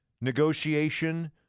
negotiation